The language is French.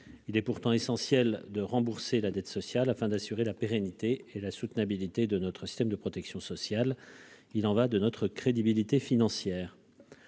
Il est pourtant essentiel de rembourser la dette sociale afin d'assurer la pérennité et la soutenabilité de notre système de protection sociale. Il y va de notre crédibilité financière.